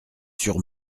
sur